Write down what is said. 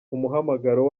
umuhamagaro